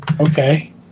Okay